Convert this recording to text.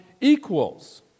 equals